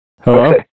Hello